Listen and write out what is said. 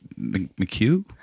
McHugh